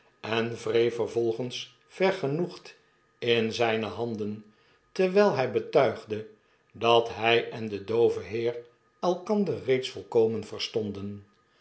en wreef vervolgens vergenoegd in zijne handen terwyl hy betuigde dat by en de doove heer elkander reeds volkomen verstonden